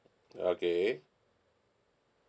okay